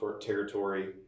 territory